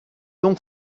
donc